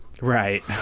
right